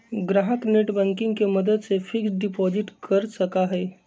ग्राहक नेटबैंकिंग के मदद से फिक्स्ड डिपाजिट कर सका हई